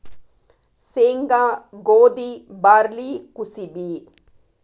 ಸೇಂಗಾ, ಗೋದಿ, ಬಾರ್ಲಿ ಕುಸಿಬಿ